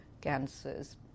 cancers